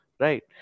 Right